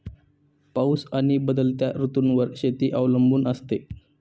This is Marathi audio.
पाऊस आणि बदलत्या ऋतूंवर शेती अवलंबून असते